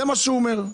זה מה שהוא אומר.